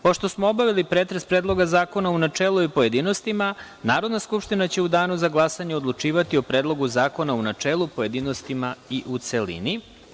Pošto smo obavili pretres Predloga zakona u načelu i u pojedinostima, Narodna skupština će u Danu za glasanje odlučivati o Predlogu zakona u načelu, pojedinostima i u celini.